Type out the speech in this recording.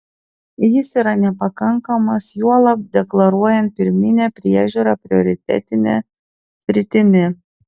jis yra nepakankamas juolab deklaruojant pirminę priežiūrą prioritetine sritimi